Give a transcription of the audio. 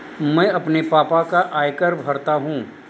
मैं अपने पापा का आयकर भरता हूं